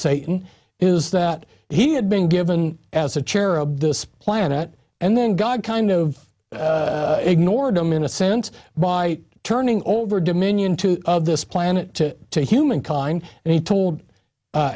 satan is that he had been given as a cherub this planet and then god kind of ignored them in a sense by turning over dominion to of this planet to humankind and he told